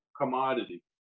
commodity